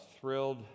thrilled